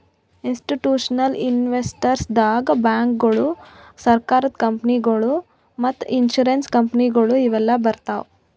institutional investors ದಾಗ್ ಬ್ಯಾಂಕ್ಗೋಳು, ಸರಕಾರದ ಕಂಪನಿಗೊಳು ಮತ್ತ್ ಇನ್ಸೂರೆನ್ಸ್ ಕಂಪನಿಗೊಳು ಇವೆಲ್ಲಾ ಬರ್ತವ್